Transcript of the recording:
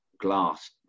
glass